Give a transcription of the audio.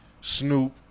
Snoop